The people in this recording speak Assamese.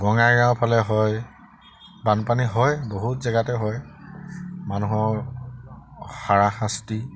বঙাইগাঁৱৰ ফালে হয় বানপানী হয় বহুত জেগাতে হয় মানুহৰ হাৰাশাস্তি